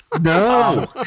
no